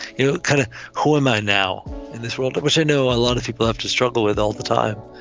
you know, kind of who am i now in this role? that was i know a lot of people have to struggle with all the time.